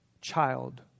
child